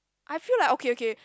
I feel like okay okay